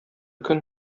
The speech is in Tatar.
көн